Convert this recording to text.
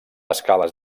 escales